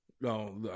No